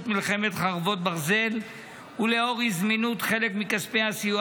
מלחמת חרבות ברזל ולאור אי-זמינות חלק מכספי הסיוע